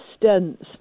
distance